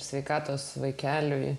sveikatos vaikeliui